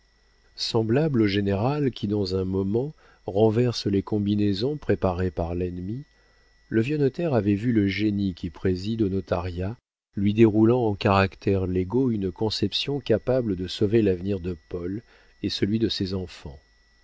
semblable au général qui dans un moment renverse les combinaisons préparées par l'ennemi le vieux notaire avait vu le génie qui préside au notariat lui déroulant en caractères légaux une conception capable de sauver l'avenir de paul et celui de ses enfants